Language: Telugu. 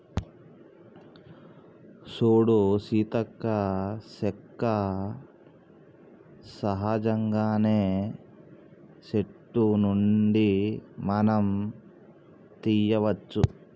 సూడు సీతక్క సెక్క సహజంగానే సెట్టు నుండి మనం తీయ్యవచ్చు